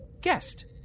guest